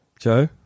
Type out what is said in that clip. Joe